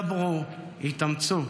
דברו, התאמצו.